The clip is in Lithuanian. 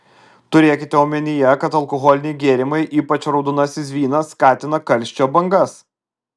turėkite omenyje kad alkoholiniai gėrimai ypač raudonasis vynas skatina karščio bangas